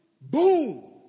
boom